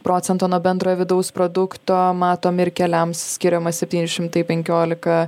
procento nuo bendrojo vidaus produkto matom ir keliams skiriamas septyni šimtai penkiolika